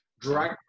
drag